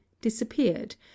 disappeared